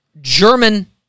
German